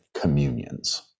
communions